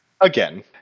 Again